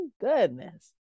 Goodness